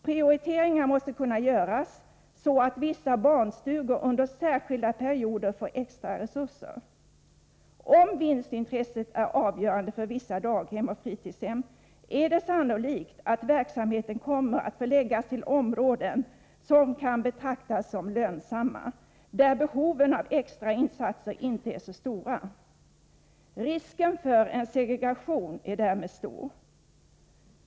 Prioriteringar måste kunna göras så att vissa barnstugor under särskilda perioder får extraresurser. Om vinstintresset är avgörande för vissa daghem och fritidshem är det sannolikt att verksamheten kommer att förläggas till områden som kan betraktas som lönsamma, där behoven av extra insatser inte är så stora. Risken för en segregation är därmed stor.